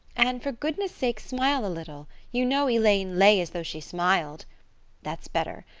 anne, for goodness sake smile a little. you know elaine lay as though she smiled that's better.